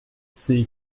ces